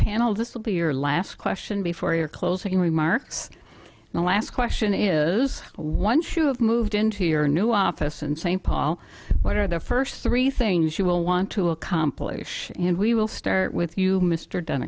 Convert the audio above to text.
panel this will be your last question before your closing remarks the last question is once you have moved into your new office in st paul what are the first three things you will want to accomplish and we will start with you mr don